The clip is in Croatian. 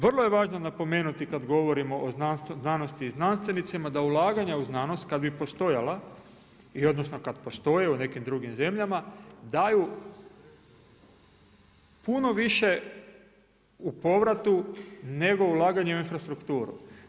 Vrlo je važno napomenuti kada govorimo o znanosti i znanstvenicima da ulaganja u znanost kada bi i postojala i odnosno kada postoje u nekim drugim zemljama daju puno više u povratu nego ulaganje u infrastrukturu.